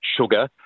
sugar